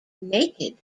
naked